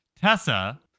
Tessa